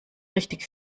richtig